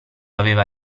aveva